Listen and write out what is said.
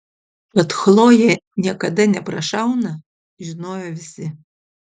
kad chlojė niekada neprašauna žinojo visi